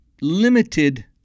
limited